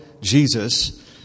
Jesus